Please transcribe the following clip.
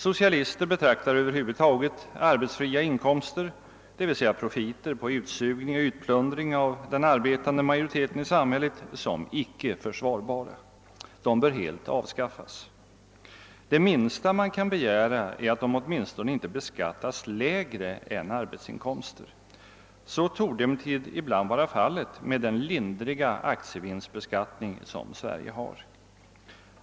Socialister betraktar över huvud taget arbetsfria inkomster, d.v.s. profiter på ut sugning och utplundring av den arbetande majoriteten i samhället, som icke försvarbara. Dessa arbetsfria inkomster bör helt avskaffas. Det minsta man kan begära är att de åtminstone inte beskattas lägre än arbetsinkomster. Så torde emellertid ibland vara fallet vid den lindriga aktievinstbeskattning som Sverige har.